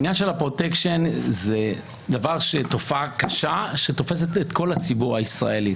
הפרוטקשן הוא תופעה קשה שתופסת את כל הציבור הישראלי.